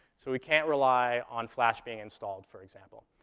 so we can't rely on flash being installed, for example.